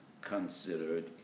considered